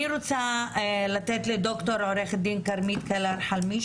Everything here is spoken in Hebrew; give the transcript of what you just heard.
אני רוצה לתת לד"ר עו"ד כרמית קלר חלמיש